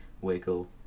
wiggle